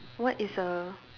what is a